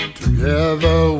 Together